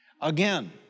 Again